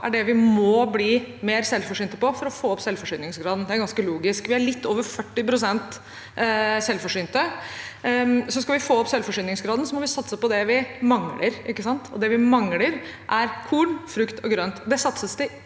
er det vi må bli mer selvforsynt med, for å få opp selvforsyningsgraden. Det er ganske logisk. Vi er litt over 40 pst. selvforsynt. Skal vi få opp selvforsyningsgraden, må vi satse på det vi mangler, og det vi mangler, er korn, frukt og grønt. Det satses det ikke